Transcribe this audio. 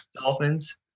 Dolphins